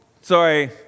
Sorry